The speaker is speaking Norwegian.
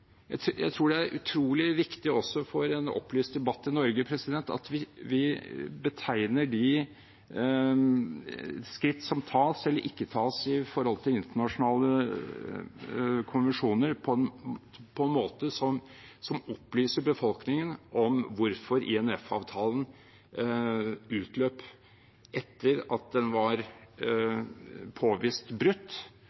Jeg tror det er utrolig viktig for en opplyst debatt i Norge at vi betegner de skritt som tas eller ikke tas når det gjelder internasjonale konvensjoner, på en måte som opplyser befolkningen om hvorfor INF-avtalen utløp etter at den var